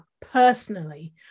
personally